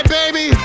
baby